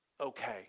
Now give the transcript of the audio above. okay